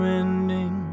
ending